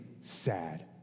sad